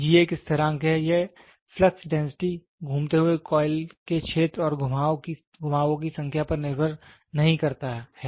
G एक स्थिरांक है और यह फ्लक्स डेंसिटी घूमते हुए कॉइल के क्षेत्र और घुमावों की संख्या पर निर्भर नहीं करता है